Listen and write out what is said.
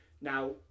Now